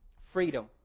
Freedom